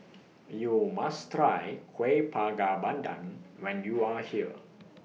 YOU must Try Kueh Bakar Pandan when YOU Are here